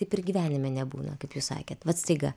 kaip ir gyvenime nebūna kaip jūs sakėt vat staiga